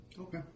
Okay